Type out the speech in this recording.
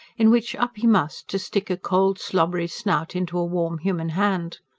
in which up he must to stick a cold, slobbery snout into a warm human hand.